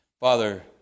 Father